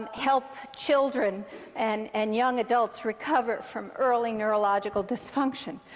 um help children and and young adults recover from early neurological dysfunction?